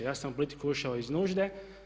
Ja sam u politiku ušao iz nužde.